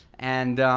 and